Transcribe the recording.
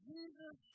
Jesus